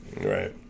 Right